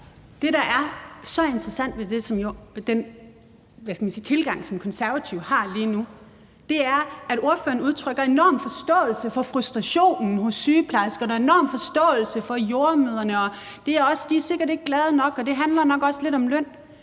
Det, der er så interessant ved den tilgang, som Konservative har lige nu, er, at ordføreren udtrykker enorm forståelse for frustrationen hos sygeplejerskerne og enorm forståelse for jordemødrene, og at de sikkert ikke er glade nok, og at det nok også handler lidt om løn.